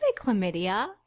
chlamydia